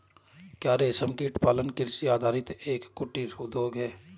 क्या रेशमकीट पालन कृषि आधारित एक कुटीर उद्योग है?